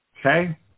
Okay